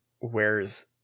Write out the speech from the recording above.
wears